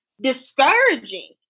discouraging